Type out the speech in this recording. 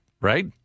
right